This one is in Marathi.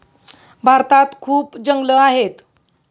भारतात खूप जंगलं आहेत